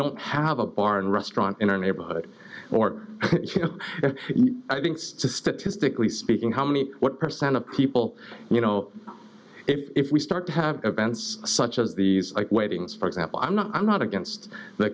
don't have a bar and restaurant in our neighborhood or you know i think statistically speaking how many what percent of people you know if we start to have events such as these weightings for example i'm not i'm not against the